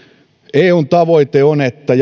eun tavoite on että